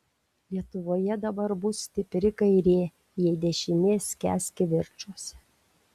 lietuvoje dabar bus stipri kairė jei dešinė skęs kivirčuose